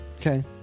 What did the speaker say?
Okay